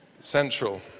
central